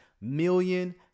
million